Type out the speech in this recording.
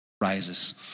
Rises